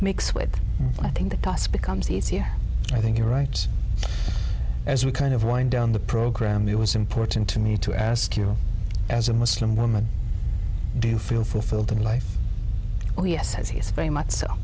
makes what i think the task becomes easier i think your rights as we kind of wind down the program it was important to me to ask you as a muslim woman do you feel fulfilled in life oh yes as he is very much so